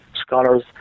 scholars